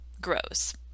grows